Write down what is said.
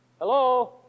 Hello